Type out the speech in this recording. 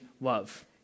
love